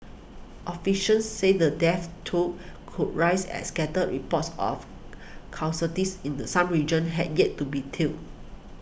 officials said the death toll could rise as scattered reports of casualties in the some regions had yet to be tallied